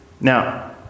Now